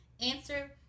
answer